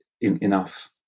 enough